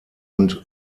und